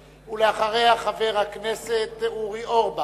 ואחריה, חבר הכנסת אורי אורבך.